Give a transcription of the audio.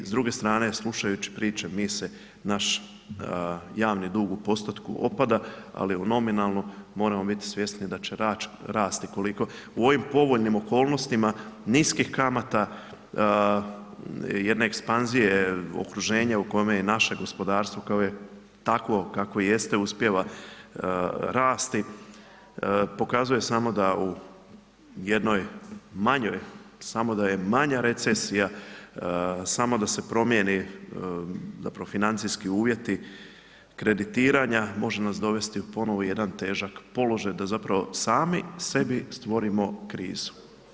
I s druge strane slušajući priče mi se, naš javni dug u postotku opada ali u nominalnom moramo biti svjesni da će rasti koliko u ovim povoljnim okolnostima niskih kamata jedne ekspanzije okruženja u kome je i naše gospodarstvo koje je takvo kakvo jeste uspijeva rasti, pokazuje samo da u jednoj manjoj, samo da je manja recesija, samo da se promjene, zapravo financijski uvjeti kreditiranja može nas dovesti ponovno u jedan težak položaj da zapravo sami sebi stvorimo krizu.